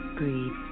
greed